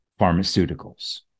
pharmaceuticals